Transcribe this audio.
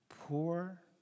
poor